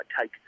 take